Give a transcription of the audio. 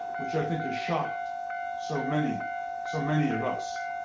which i think has shocked so many so many of us.